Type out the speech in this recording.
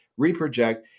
reproject